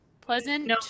pleasant